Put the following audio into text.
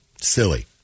Silly